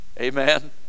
amen